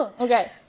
Okay